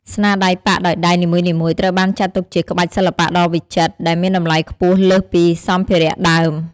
ស្នាដៃប៉ាក់ដោយដៃនីមួយៗត្រូវបានចាត់ទុកជាក្បាច់សិល្បៈដ៏វិចិត្រ ដែលមានតម្លៃខ្ពស់លើសពីសម្ភារៈដើម។